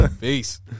Peace